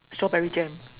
strawberry jam